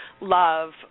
love